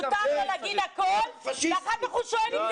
זה לא הכוונה שלי ולא